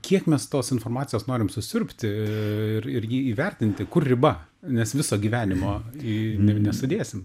kiek mes tos informacijos norim susiurbti i ir ir jį įvertinti kur riba nes viso gyvenimo į ne nesudėsim